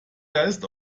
geist